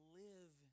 live